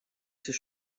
ser